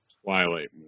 Twilight